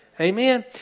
Amen